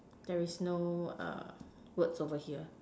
there is no uh words over here